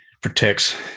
protects